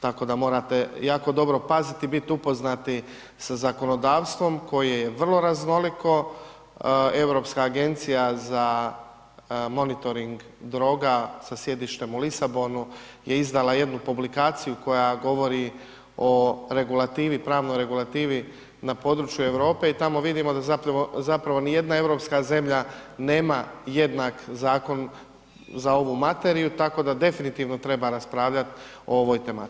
Tako da morate jako dobro paziti i biti upoznati sa zakonodavstvom koji je vrlo raznoliko, Europska agencija za monitoring droga sa sjedištem u Lisabonu je izdala jednu publikaciju koja govori o regulativi, pravnoj regulativi na području Europe i tamo vidimo da zapravo nijedna europska zemlja nema jednak zakon za ovu materiju, tako da definitivno treba raspravljati o ovoj tematici.